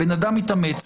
הבן אדם התאמץ,